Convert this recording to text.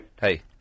Hey